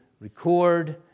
record